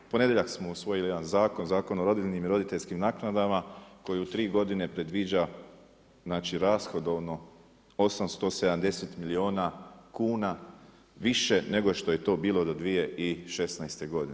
Ponedjeljak smo usvojili jedan zakon, Zakon o rodiljnim i roditeljskim naknadama koji u 3 godine predviđa znači rashodovno 870 milijuna kuna više nego što je to bilo do 2016. godine.